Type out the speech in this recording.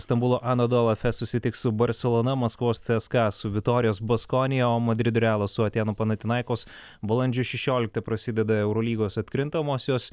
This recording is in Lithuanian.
stambulo anadolu efes susitiks su barselona maskvos cska su vitorijos baskonia o madrido realas su atėnų panathinaikos balandžio šešioliktą prasideda eurolygos atkrintamosios